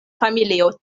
familio